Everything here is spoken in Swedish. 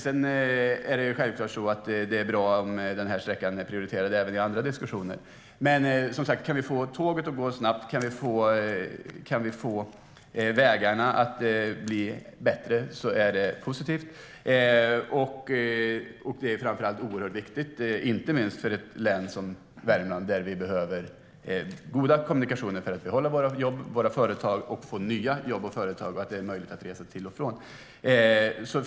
Det är också självklart bra om den här sträckan är prioriterad i andra diskussioner, men som sagt: Kan vi få tåget att gå snabbt och vägarna att bli bättre så är det positivt. Det är framför allt oerhört viktigt, inte minst för ett län som Värmland där vi behöver goda kommunikationer för att behålla våra jobb och våra företag och få nya jobb och företag, att det är möjligt att resa till och från.